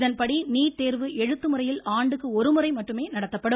இதன்படி நீட் தேர்வு எழுத்து முறையில் ஆண்டுக்கு ஒருமுறை நடத்தப்படும்